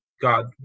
God